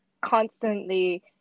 constantly